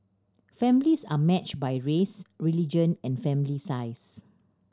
families are matched by race religion and family size